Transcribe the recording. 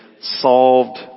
solved